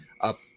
up